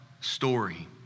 story